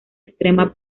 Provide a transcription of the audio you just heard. extrema